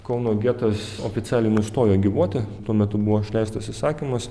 kauno getas oficialiai nustojo gyvuoti tuo metu buvo išleistas įsakymas